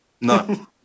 No